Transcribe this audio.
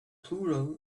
plural